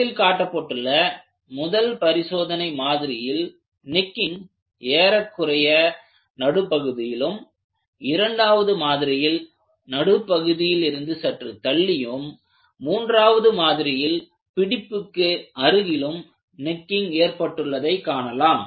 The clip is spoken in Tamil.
படத்தில் காட்டப்பட்டுள்ள முதல் பரிசோதனை மாதிரியில் நெக்கிங் ஏறக்குறைய நடுப்பகுதியிலும் இரண்டாவது மாதிரியில் நடுப்பகுதியில் இருந்து சற்று தள்ளியும் மூன்றாவது மாதிரியில் பிடிப்புக்கு அருகிலும் நெக்கிங் ஏற்பட்டுள்ளதை காணலாம்